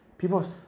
People